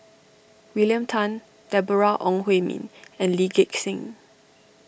William Tan Deborah Ong Hui Min and Lee Gek Seng